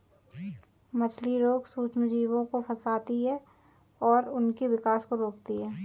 मछली रोग सूक्ष्मजीवों को फंसाती है और उनके विकास को रोकती है